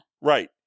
Right